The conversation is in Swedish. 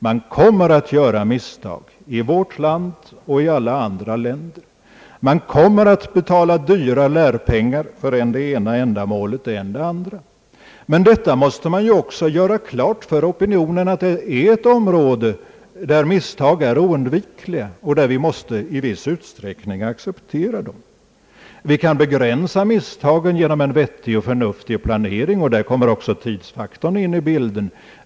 Man kommer att göra misstag i vårt land och i alla andra länder, och man kommer aft betala dyra läropengar för än det ena, än det andra ändamålet. Man måste dock också göra klart för opinionen att detta är ett område där misstag är oundvikliga och där sådana i viss utsträckning måste accepteras. Vi kan begränsa misstagen genom en förnuftig planering, och därvidlag kommer också tidsfaktorn att spela in.